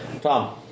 Tom